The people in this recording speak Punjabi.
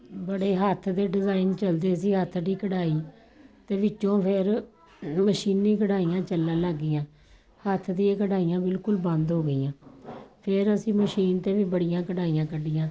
ਬੜੇ ਹੱਥ ਦੇ ਡਿਜ਼ਾਇਨ ਚੱਲਦੇ ਸੀ ਹੱਥ ਦੀ ਕਢਾਈ ਅਤੇ ਵਿੱਚੋਂ ਫਿਰ ਮਸ਼ੀਨੀ ਕਢਾਈਆਂ ਚੱਲਣ ਲੱਗ ਗਈਆਂ ਹੱਥ ਦੀਆਂ ਕਢਾਈਆਂ ਬਿਲਕੁਲ ਬੰਦ ਹੋ ਗਈਆਂ ਫਿਰ ਅਸੀਂ ਮਸ਼ੀਨ 'ਤੇ ਵੀ ਬੜੀਆਂ ਕਢਾਈਆਂ ਕੱਢੀਆਂ